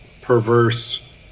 perverse